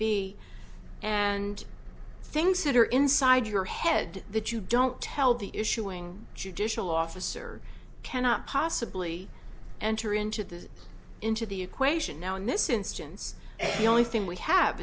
be and things that are inside your head that you don't tell the issuing judicial officer cannot possibly enter into this into the equation now in this instance the only thing we have